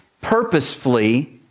Purposefully